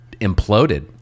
imploded